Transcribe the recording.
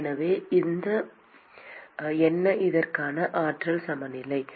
எனவே இதற்கான ஆற்றல் சமநிலை என்ன